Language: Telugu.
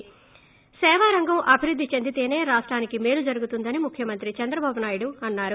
ి సేవా రంగం అభివృద్ది చెందితేసే రాష్టానికి మేలు జరుగుతుందని ముఖ్యమంత్రి చంద్రబాబు నాయుడు అన్నారు